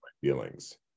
feelings